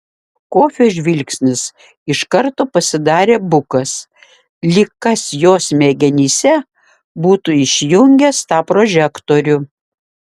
kofio žvilgsnis iš karto pasidarė bukas lyg kas jo smegenyse būtų išjungęs tą prožektorių